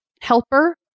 helper